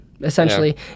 essentially